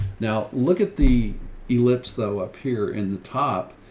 now look at the ellipse though, up here in the top.